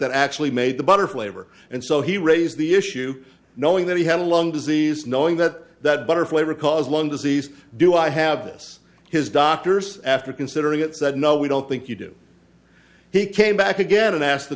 that actually made the butter flavor and so he raised the issue knowing that he had a lung disease knowing that that butter flavor cause lung disease do i have this his doctors after considering it said no we don't think you do he came back again and asked the